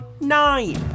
Nine